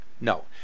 No